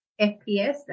FPS